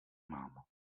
mám